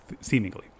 seemingly